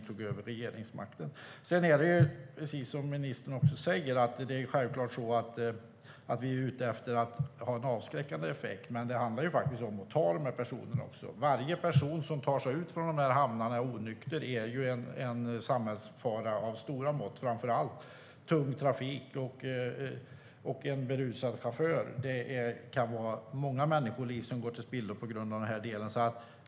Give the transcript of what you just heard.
Självklart är det så, precis som ministern säger, att vi är ute efter att detta ska ha en avskräckande effekt. Men det handlar också om att ta dessa personer. Varje person som är onykter och tar sig ut från dessa hamnar är en samhällsfara av stora mått. Framför allt gäller det den tunga trafiken. Det kan vara många människoliv som går till spillo på grund av berusade chaufförer.